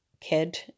kid